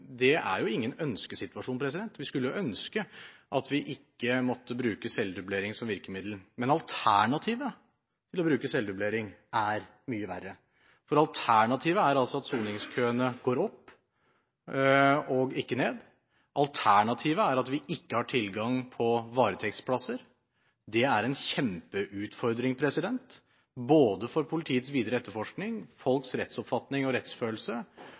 Det er ingen ønskesituasjon. Vi skulle ønske at vi ikke måtte bruke celledublering som virkemiddel, men alternativet til å bruke celledublering er mye verre. Alternativet er at soningskøene går opp og ikke ned. Alternativet er at vi ikke har tilgang på varetektsplasser. Det er en kjempeutfordring, både for politiets videre etterforskning, folks rettsoppfatning og rettsfølelse